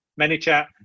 ManyChat